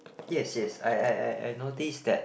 yes yes I I I I noticed that